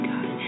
God